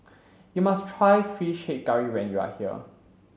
you must try fish head curry when you are here